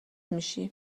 میشی